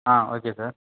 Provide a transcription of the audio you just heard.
ah okay sir